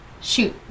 Shoot